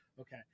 Okay